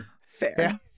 Fair